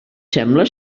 sembla